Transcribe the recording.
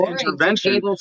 intervention